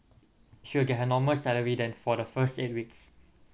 she'll get her normal salary then for the first eight weeks